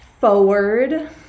forward